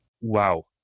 Wow